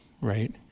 right